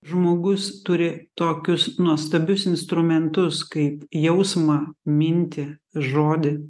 žmogus turi tokius nuostabius instrumentus kaip jausmą mintį žodį